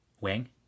wing